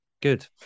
Good